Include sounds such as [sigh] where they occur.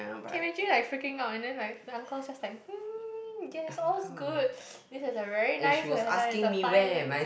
I can imagine like freaking out and then like the uncle's just like [noise] yes all's good this is a very nice weather it's a fine